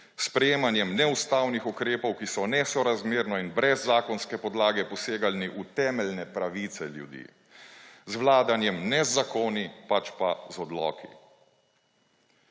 sprejemanjem neustavnih ukrepov, ki so nesorazmerno in brez zakonske podlage posegali v temeljne pravice ljudi, z vladanjem ne z zakoni, pač pa z odloki.